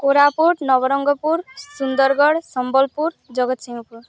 Koraput Nabarangpur Sundargarh Sambalpur Jagatsinghpur